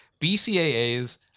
BCAAs